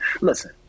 Listen